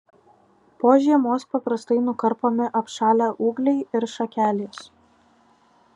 po žiemos paprastai nukarpomi apšalę ūgliai ir šakelės